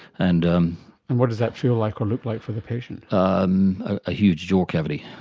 and um and what does that feel like or look like for the patient? um a huge jaw cavity,